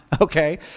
Okay